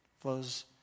flows